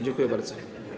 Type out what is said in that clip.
Dziękuję bardzo.